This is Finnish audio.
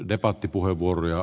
arvoisa puhemies